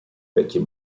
vecchie